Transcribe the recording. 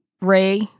Ray